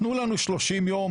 תנו לנו 30 ימים,